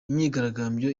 imyigaragambyo